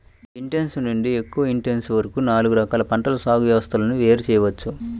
intensive నుండి ఎక్కువ intensive వరకు నాలుగు రకాల పంటల సాగు వ్యవస్థలను వేరు చేయవచ్చు